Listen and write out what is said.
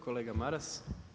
Kolega Maras.